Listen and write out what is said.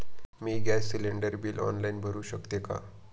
मी gas cylinder bill online भरु शकते का?